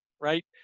right